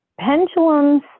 pendulums